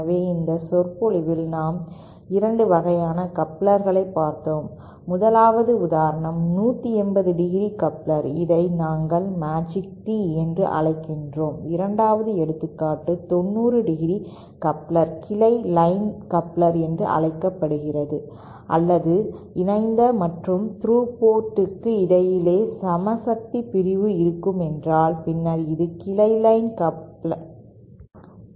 எனவே இந்த சொற்பொழிவில் நாம் 2 வகையான கப்லர்களை பார்த்தோம் 1 வது உதாரணம் 180° கப்ளர் இதை நாங்கள் மேஜிக் Tee என்று அழைக்கிறோம் 2 வது எடுத்துக்காட்டு 90° கப்ளர் கிளை லைன் கப்ளர் என்று அழைக்கப்படுகிறது அல்லது இணைந்த மற்றும் த்ரூ போர்ட்க்கு இடையே சம சக்தி பிரிவு இருக்குமென்றால் பின்னர் இது கிளை லைன் கலப்பு என்று அழைக்கப்படுகிறது